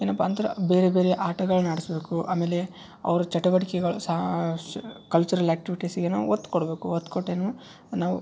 ಏನಪ್ಪ ಅಂದ್ರೆ ಬೇರೆ ಬೇರೆ ಆಟಗಳ್ನ ಆಡ್ಸ್ಬೇಕು ಆಮೇಲೆ ಅವರ ಚಟವಟಿಕೆಗಳು ಸಹ ಶ್ ಕಲ್ಚರಲ್ ಆಕ್ಟಿವಿಟೀಸ್ಗೇನು ಒತ್ತು ಕೊಡಬೇಕು ಒತ್ತು ಕೊಟ್ಟು ಏನು ನಾವು